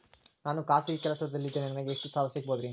ನಾನು ಖಾಸಗಿ ಕೆಲಸದಲ್ಲಿದ್ದೇನೆ ನನಗೆ ಎಷ್ಟು ಸಾಲ ಸಿಗಬಹುದ್ರಿ?